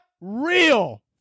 real